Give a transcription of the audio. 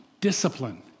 discipline